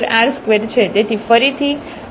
તેથી આપણી પાસેh2 r2 છે